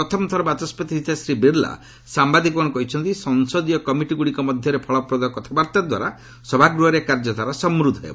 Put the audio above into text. ପ୍ରଥମ ଥର ବାଚସ୍କତି ହୋଇଥିବା ଶ୍ରୀ ବିର୍ଲା ସାମ୍ଘାଦିକମାନଙ୍କୁ କହିଛନ୍ତି ସଂସଦୀୟ କମିଟିଗୁଡ଼ିକ ମଧ୍ୟରେ ଫଳପ୍ରଦ କଥାବାର୍ତ୍ତାଦ୍ୱାରା ସଭାଗୃହରେ କାର୍ଯ୍ୟଧାରା ସମୃଦ୍ଧ ହେବ